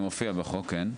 כן, זה מופיע בחוק.